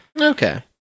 Okay